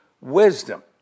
wisdom